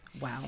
Wow